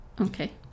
Okay